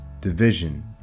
division